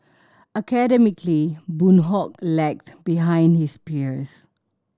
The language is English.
academically Boon Hock lagged behind his peers